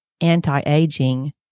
anti-aging